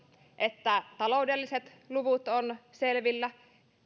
että taloudelliset luvut ovat selvillä